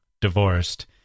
divorced